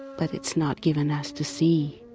but it's not given us to see,